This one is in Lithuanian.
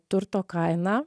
turto kainą